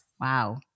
Wow